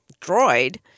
droid